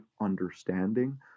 understanding